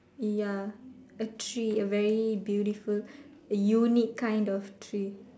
ya a tree a very beautiful a unique kind of tree